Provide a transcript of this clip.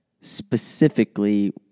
specifically